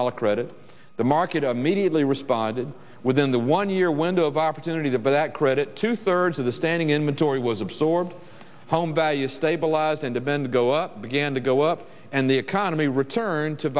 dollars credit the market immediately responded within the one year window of opportunity to buy that credit two thirds of the standing inventory was absorbed home values stabilize and event go up began to go up and the economy returned to